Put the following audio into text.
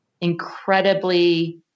incredibly